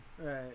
Right